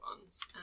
ones